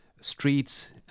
streets